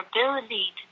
ability